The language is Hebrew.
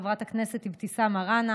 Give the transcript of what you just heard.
חברת הכנסת אבתיסאם מראענה